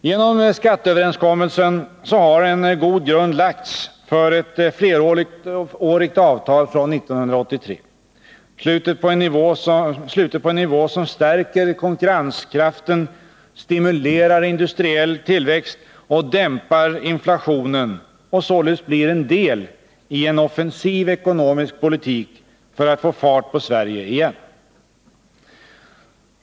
Genom skatteöverenskommelsen har en god grund lagts för ett flerårigt avtal från 1983, slutet på en nivå som stärker konkurrenskraften, stimulerar industriell tillväxt, dämpar inflationen och således blir en del i en offensiv ekonomisk politik för att få fart på Sverige igen.